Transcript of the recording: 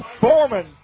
Foreman